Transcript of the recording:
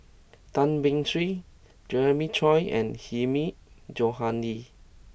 Tan Beng Swee Jeremiah Choy and Hilmi Johandi